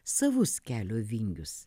savus kelio vingius